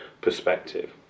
perspective